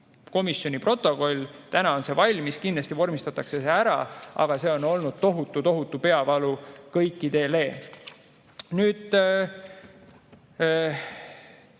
komisjoni protokoll. Täna on see valmis, kindlasti vormistatakse see ära, aga see on olnud tohutu peavalu kõikidele. Mis